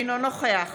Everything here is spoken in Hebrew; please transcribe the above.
אינו נוכח